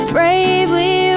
Bravely